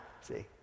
See